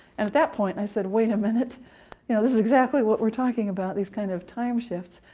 and at that point i said, wait a minute you know this is exactly what we're talking about, these kind of time shifts,